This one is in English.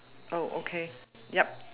oh okay yup